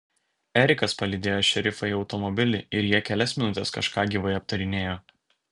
erikas palydėjo šerifą į automobilį ir jie kelias minutes kažką gyvai aptarinėjo